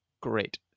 Great